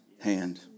hand